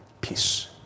peace